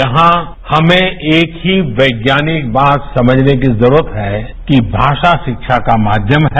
यहां हमें एक ही वैज्ञानिक बात समझने की जरूरत है कि भाषा शिक्षा का माध्यम है